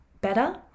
better